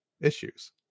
issues